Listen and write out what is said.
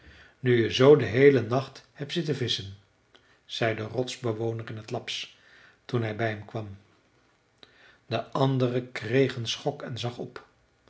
nu je zoo den heelen nacht hebt zitten visschen zei de rotsbewoner in t lapsch toen hij bij hem kwam de andere kreeg een schok en zag op